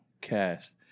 cast